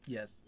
Yes